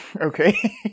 okay